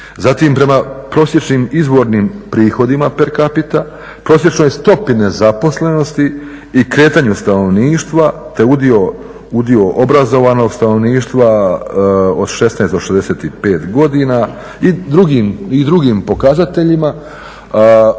zatim prema prosječnim izvornim prihodima per capita, prosječnoj stopi nezaposlenosti i kretanju stanovništva te udio obrazovanog stanovništva od 16 do 65 godina i drugim pokazateljima